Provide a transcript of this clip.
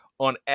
on